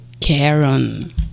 Karen